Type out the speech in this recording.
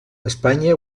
espanya